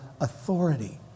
authority